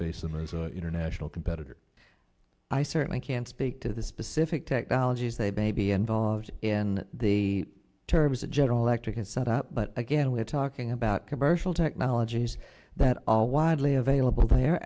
the international competitors i certainly can't speak to the specific technologies they may be and volves in the terms of general electric and set up but again we're talking about commercial technologies that all widely available there